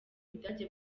budage